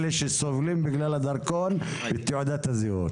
אלה שסובלים בגלל הדרכון ותעודת הזהות.